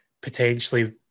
potentially